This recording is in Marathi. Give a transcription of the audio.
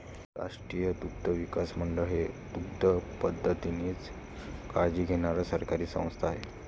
राष्ट्रीय दुग्धविकास मंडळ ही दुग्धोत्पादनाची काळजी घेणारी सरकारी संस्था आहे